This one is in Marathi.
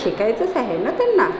शिकायचंच आहे ना त्यांना